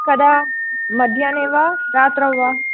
कदा मध्याह्ने वा रात्रौ वा